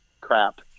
crap